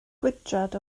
gwydraid